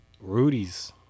Rudy's